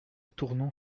tournon